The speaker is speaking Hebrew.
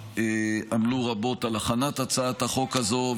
שעמלו רבות על הכנת הצעת החוק הזו,